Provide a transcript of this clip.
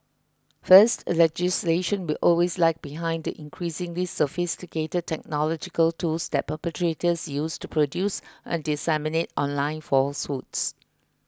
first legislation will always lag behind the increasingly sophisticated technological tools that perpetrators use to produce and disseminate online falsehoods